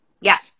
Yes